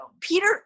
Peter